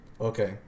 Okay